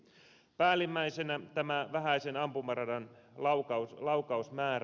päällimmäisenä on tämä vähäisen ampumaradan laukausmäärä